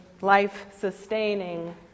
life-sustaining